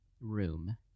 room